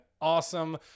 awesome